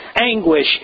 anguish